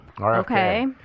Okay